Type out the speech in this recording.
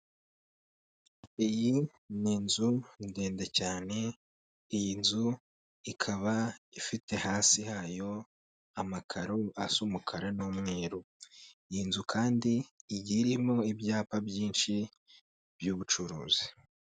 Iyi ni inzu ndende cyane, iyi nzu ikaba ifite hasi hayo amakaro asa umukara n'umweru, iyi nzu kandi igiye irimo ibyapa byinshi by'ubucuruzi.